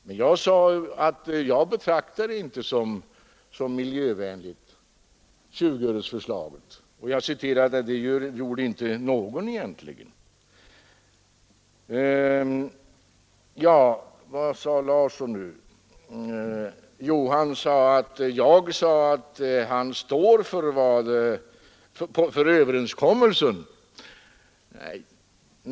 Men jag sade att jag inte betraktar detta förslag som miljövänligt och att egentligen inte någon gjorde det. Herr Larsson i Umeå menade att jag hade sagt att han står för överenskommelsen.